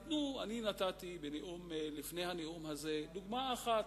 אני נתתי בנאום שלפני הנאום הזה דוגמה אחת,